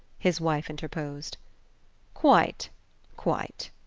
his wife interposed. quite quite,